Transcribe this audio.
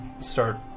start